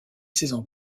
saison